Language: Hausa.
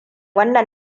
wannan